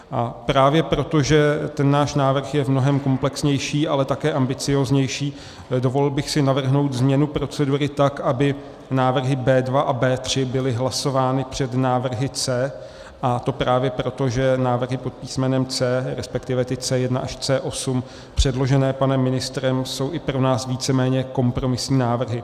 A právě proto, že ten náš návrh je v mnohém komplexnější, ale také ambicióznější, dovolil bych si navrhnout změnu procedury tak, aby návrhy B2 a B3 byly hlasovány před návrhy C, a to právě proto, že návrhy pod písmenem C, resp. ty C1 až C8 předložené panem ministrem, jsou i pro nás víceméně kompromisní návrhy.